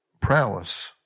prowess